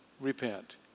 repent